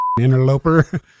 interloper